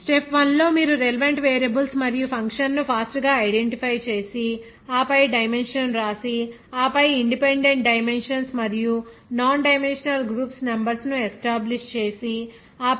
step 1 మీరు relevant variables మరియు ఫంక్షన్ను ఫాస్ట్ గా ఐడెంటిఫై చేసి ఆపై డైమెన్షన్స్ వ్రాసి ఆపై ఇన్ డిపెండెంట్ డైమెన్షన్స్ మరియు నాన్ డైమెన్షనల్ గ్రూప్స్ నెంబర్ ను ఎస్టాబ్లిష్ చేసి ఆపై